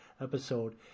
episode